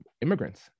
immigrants